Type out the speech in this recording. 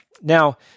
Now